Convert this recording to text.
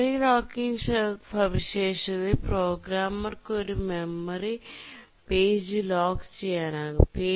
memory locking സവിശേഷതയിൽ പ്രോഗ്രാമർക്ക് ഒരു മെമ്മറി പേജ് ലോക്കു ചെയ്യാനാകും